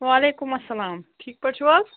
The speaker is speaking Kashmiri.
وعلیکُم اَسلام ٹھیٖک پٲٹھۍ چھُو حظ